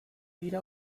dira